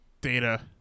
Data